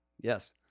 Yes